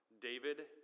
David